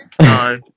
no